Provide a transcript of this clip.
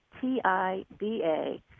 T-I-B-A